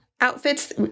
outfits